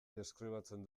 deskribatzen